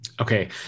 Okay